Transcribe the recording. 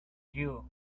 you